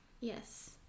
Yes